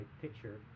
picture